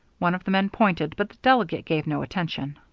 one of the men pointed, but the delegate gave no attention.